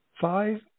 five